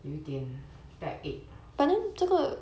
有一点 backache